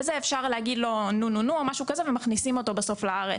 אפשר לנזוף בו או משהו כזה ובסוף מכניסים אותו לארץ.